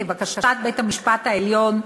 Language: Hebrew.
כבקשת בית-המשפט העליון,